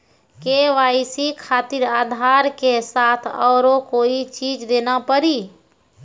KYC खातिर आधार के साथ औरों कोई चीज देना पड़ी?